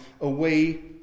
away